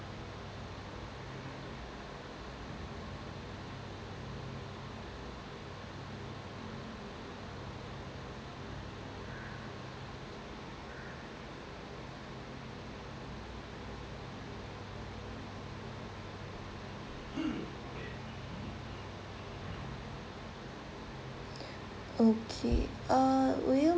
okay uh would you